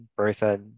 person